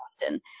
Boston